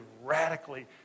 radically